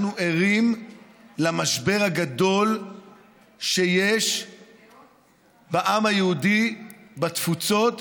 אנחנו ערים למשבר הגדול שיש בעם היהודי בתפוצות,